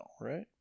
right